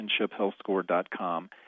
RelationshipHealthScore.com